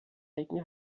eigene